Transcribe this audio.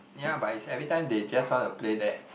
yeah but is everytime they just want to play that